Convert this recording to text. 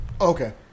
Okay